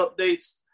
updates